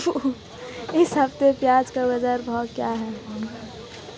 इस हफ्ते प्याज़ का बाज़ार भाव क्या है?